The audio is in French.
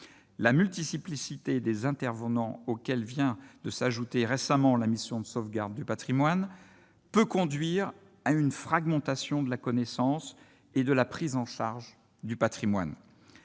la multi-cyclicité des intervenants auquel vient de s'ajouter récemment la mission de sauvegarde du Patrimoine peut conduire à une fragmentation de la connaissance et de la prise en charge du Patrimoine,